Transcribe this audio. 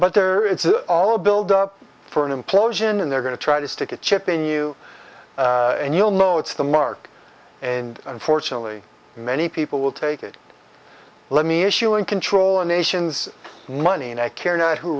there it's all a build up for an implosion and they're going to try to stick a chip in you and you'll know it's the mark and unfortunately many people will take it let me issue and control a nation's money and i care not who